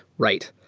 right.